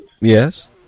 Yes